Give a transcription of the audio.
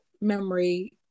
memory